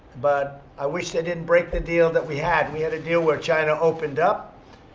but i wish they didn't break the deal that we had. we had a deal where china opened up.